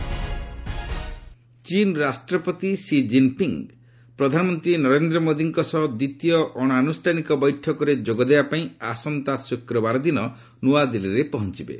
Chinese envoy ଚୀନ୍ ରାଷ୍ଟ୍ରପତି Xi Jinping ପ୍ରଧାନମନ୍ତ୍ରୀ ନରେନ୍ଦ୍ର ମୋଦିଙ୍କ ସହ ଦ୍ୱିତୀୟ ଅଣଆନୁଷ୍ଠାନିକ ବୈଠକରେ ଯୋଗ ଦେବାପାଇଁ ଆସନ୍ତା ଶୁକ୍ରବାର ଦିନ ନୂଆଦିଲ୍ଲୀରେ ପହଞ୍ଚବେ